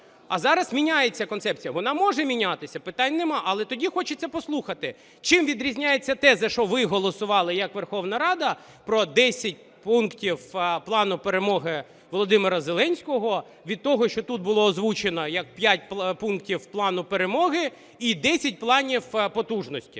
а зараз міняється концепція. Вона може мінятися, питань нема, але тоді хочеться послухати, чим відрізняється теза, що ви голосувати як Верховна Рада про 10 пунктів Плану перемоги Володимира Зеленського, від того, що тут було озвучено як 5 пунктів Плану перемоги і 10 планів потужності.